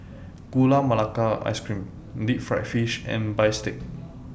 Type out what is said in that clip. Gula Melaka Ice Cream Deep Fried Fish and Bistake